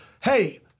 hey